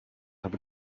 have